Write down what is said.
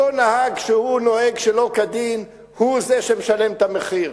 אותו נהג שנוהג שלא כדין, הוא זה שמשלם את המחיר.